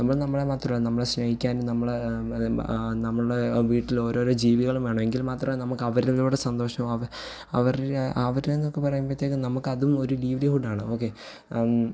നമ്മൾ നമ്മളെ മാത്രമേ നമ്മളെ സ്നേഹിക്കാനും നമ്മളെ അത് നമ്മുടെ വീട്ടിൽ ഓരോരോ ജീവികളും വേണം എങ്കിൽ മാത്രമേ നമുക്ക് അവരിലൂടെ സന്തോഷം ആവുവേം അവർ അവർ എന്നൊക്കെ പറയുമ്പോഴത്തേക്കും നമുക്ക് അതും ഒരു ലൈവ്ലിഹുഡ് ആണ് ഓക്കെ